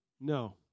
No